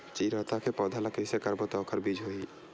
चिरैता के पौधा ल कइसे करबो त ओखर बीज होई?